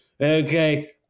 Okay